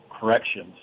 corrections